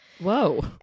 Whoa